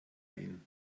ihn